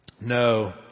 No